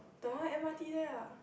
the one m_r_t there lah